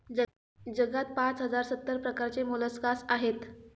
जगात पाच हजार सत्तर प्रकारचे मोलस्कास आहेत